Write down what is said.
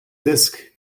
disc